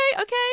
okay